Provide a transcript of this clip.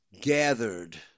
gathered